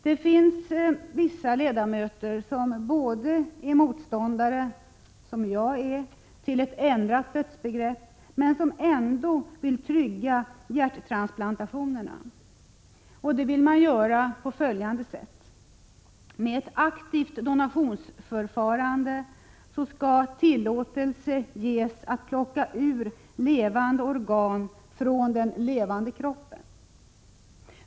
Det finns vissa ledamöter som trots att de är motståndare, som jag är, till ett ändrat dödsbegrepp ändå vill trygga hjärttransplantationerna. Det vill man göra på följande sätt: genom ett aktivt donationsförfarande skall tillåtelse ges att plocka ut levande organ från den levande kroppen.